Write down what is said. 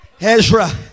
ezra